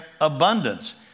abundance